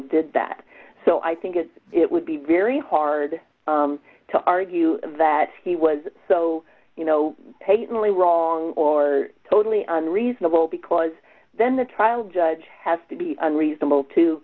did that so i think that it would be very hard to argue that he was so you know pay really wrong or totally unreasonable because then the trial judge has to be unreasonable too